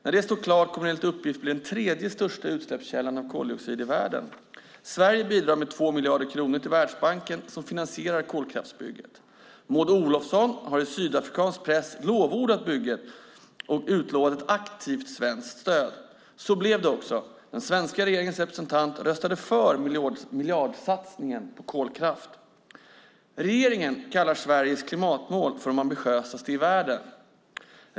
När det står klart kommer det enligt uppgift att bli den tredje största utsläppskällan av koldioxid i världen. Sverige bidrar med 2 miljarder kronor till Världsbanken, som finansierar kolkraftsbygget. Maud Olofsson har i sydafrikansk press lovordat bygget och utlovat ett aktivt svenskt stöd. Så blev det också. Den svenska regeringens representant röstade för miljardsatsningen på kolkraft. Regeringen kallar Sveriges klimatmål för de ambitiösaste i världen.